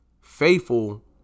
faithful